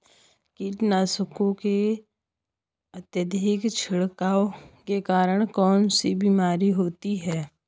कीटनाशकों के अत्यधिक छिड़काव के कारण कौन सी बीमारी होती है?